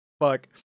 Fuck